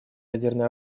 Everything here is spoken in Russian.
ядерное